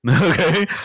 Okay